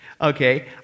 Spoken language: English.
Okay